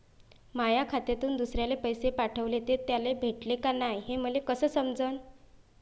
माया खात्यातून दुसऱ्याले पैसे पाठवले, ते त्याले भेटले का नाय हे मले कस समजन?